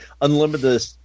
unlimited